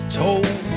told